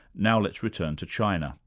now let's return to china,